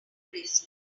bracelet